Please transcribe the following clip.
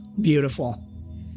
beautiful